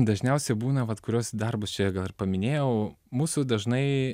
dažniausiai būna vat kurios darbus čia gal ir paminėjau mūsų dažnai